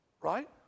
right